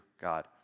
God